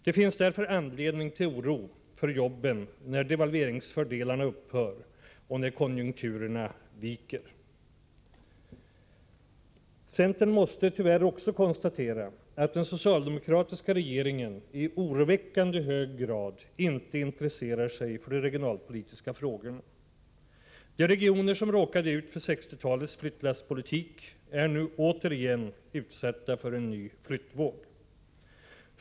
Det finns därför anledning till oro för jobben, när devalveringsfördelarna upphör och när konjunkturerna viker. Centern måste tyvärr också konstatera att den socialdemokratiska regeringen i oroväckande hög grad är ointresserad av de regionalpolitiska frågorna. De regioner som råkade ut för 1960-talets flyttlasspolitik är nu återigen utsatta för en ny flyttvåg.